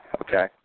Okay